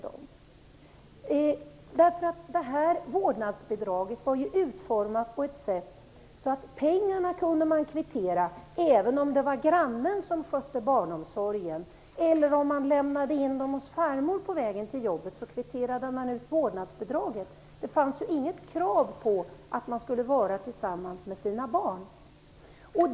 Detta vårdnadsbidrag var ju utformat så, att föräldrarna kunde kvittera ut pengarna även om det var grannen som skötte barnomsorgen eller om barnen lämnades hos farmodern på vägen till jobbet. Det fanns inget krav på att föräldrarna skulle vara tillsammans med sina barn.